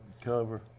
cover